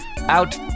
out